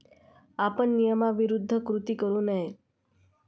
आपण नियमाविरुद्ध कृती करू नये